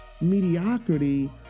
mediocrity